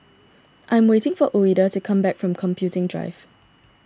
I am waiting for Ouida to come back from Computing Drive